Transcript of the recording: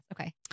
Okay